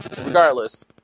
regardless